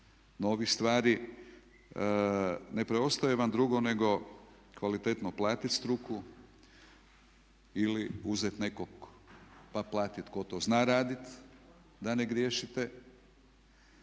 novih stvari. Ne preostaje vam drugo nego kvalitetno platit struku ili uzet nekog pa platit tko to zna radit da ne griješite.